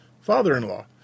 father-in-law